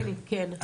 כן.